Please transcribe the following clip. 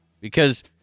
Because-